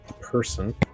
person